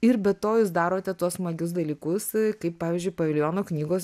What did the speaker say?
ir be to jūs darote tuos smagius dalykus kaip pavyzdžiui paviljono knygos